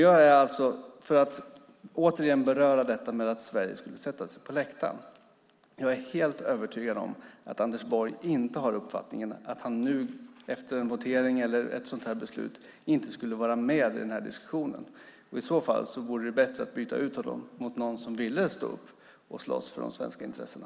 För att återigen beröra detta med att Sverige skulle sätta sig på läktaren: Jag är helt övertygad om att Anders Borg inte har uppfattningen att han nu efter en votering eller ett sådant här beslut inte skulle vara med i den här diskussionen. I så fall vore det bättre att byta ut honom mot någon som vill stå upp och slåss för de svenska intressena.